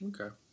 Okay